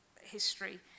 history